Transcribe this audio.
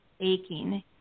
aching